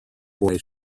boy